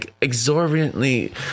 exorbitantly